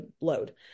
load